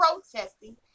protesting